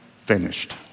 finished